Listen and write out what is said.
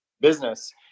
business